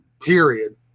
Period